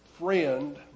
friend